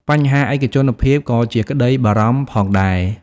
បញ្ហាឯកជនភាពក៏ជាក្ដីបារម្ភផងដែរ។